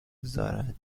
گذارد